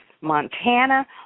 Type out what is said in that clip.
Montana